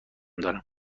دارم